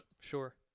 sure